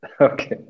Okay